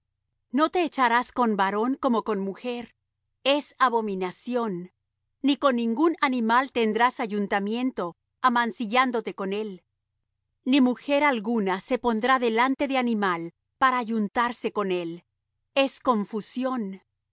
no te echarás con varón como con mujer es abominación ni con ningún animal tendrás ayuntamiento amancillándote con él ni mujer alguna se pondrá delante de animal para ayuntarse con él es confusión